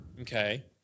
Okay